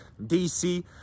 DC